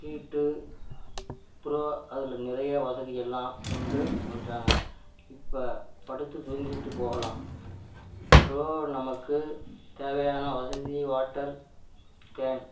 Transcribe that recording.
சீட்டு அப்புறம் அதில் நிறைய வசதிகள்லாம் கொண்டு வந்துட்டாங்க இப்போ படுத்து தூங்கிட்டு போகலாம் ப்ரோ நமக்கு தேவையான வசதி வாட்டர் கேன்